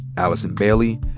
allison bailey,